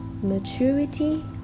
Maturity